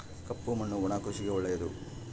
ಕಪ್ಪು ಮಣ್ಣು ಒಣ ಕೃಷಿಗೆ ಒಳ್ಳೆಯದು